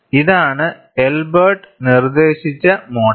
ഇതാണ് എൽബർട്ട് നിർദ്ദേശിച്ച മോഡൽ